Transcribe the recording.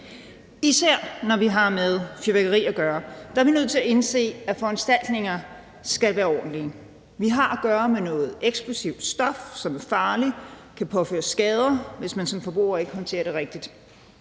især når vi har med fyrværkeri at gøre. Der er vi nødt til at indse, at foranstaltninger skal være ordentlige. Vi har at gøre med noget eksplosivt stof, som er farligt og kan påføre skader, hvis man som forbruger ikke håndterer det rigtigt.